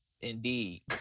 Indeed